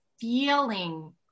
feeling